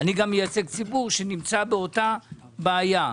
אני גם מייצג ציבור שנמצא באותה בעיה.